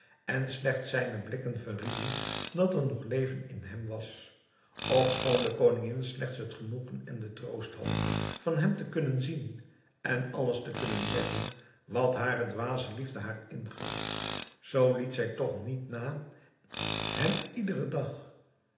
en slechts zijne blikken verrieden dat er nog leven in hem was ofschoon de koningin slechts het genoegen en de troost had van hem te kunnen zien en alles te kunnen zeggen wat hare dwaze liefde haar ingaf zoo liet zij toch niet na hem iederen dag